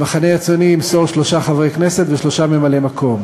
המחנה הציוני ימסור שמותיהם של שלושה חברי כנסת ושלושה ממלאי-מקום.